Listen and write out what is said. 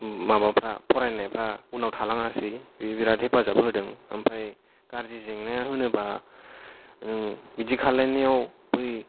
माबाफ्रा फरायनायफ्रा उनाव थालाङासै बि बिराद हेफाजाब होदों ओमफ्राय गारजि जेंना होनोबा बिदि खालायनायाव बै